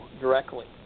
directly